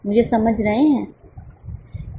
मुझे समझ रहे हैं